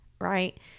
right